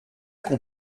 qu’on